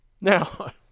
now